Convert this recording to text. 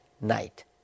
night